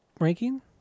ranking